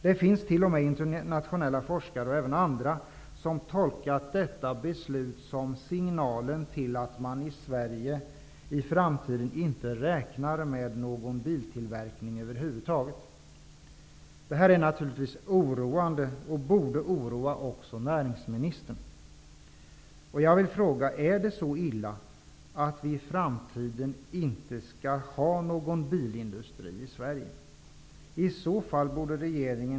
Det finns t.o.m. internationella forskare och även andra som tolkat detta beslut som en signal om att man i Sverige i framtiden inte räknar med någon biltillverkning över huvud taget. Detta är naturligtvis oroande. Det borde oroa också näringsministern. Jag vill fråga: Är det så illa att vi i famtiden inte skall ha någon bilindustri i Sverige?